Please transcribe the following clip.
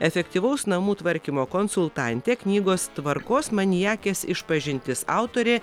efektyvaus namų tvarkymo konsultantė knygos tvarkos maniakės išpažintis autorė